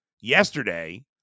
yesterday